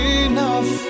enough